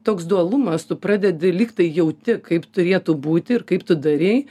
toks dualumas tu pradedi lyg tai jauti kaip turėtų būti ir kaip tu darei